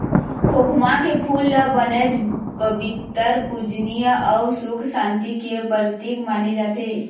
खोखमा के फूल ल बनेच पबित्तर, पूजनीय अउ सुख सांति के परतिक माने जाथे